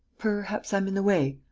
perhaps i'm in the way?